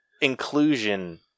inclusion